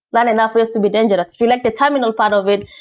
learn enough rails to be dangerous. if you like the terminal part of it,